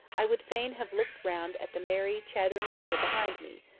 i would fain have looked round at the merry chattering people behind me,